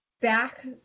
back